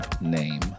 name